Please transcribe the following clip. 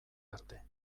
arte